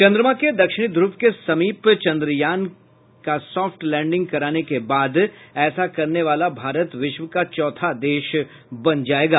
चंद्रमा के दक्षिणी ध्रव के समीप चंद्रयान का सॉफ्ट लैंडिंग कराने के बाद ऐसा करने वाला भारत विश्व का चौथा देश बन जाएगा